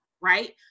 right